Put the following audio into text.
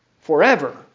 forever